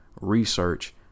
research